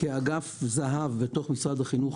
כאגף זה"ב בתוך משרד החינוך,